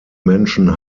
menschen